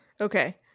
okay